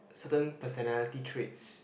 certain personality traits